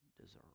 deserve